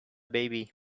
baby